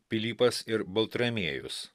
pilypas ir baltramiejus